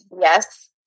Yes